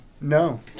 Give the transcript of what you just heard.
No